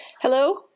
Hello